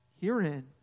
Herein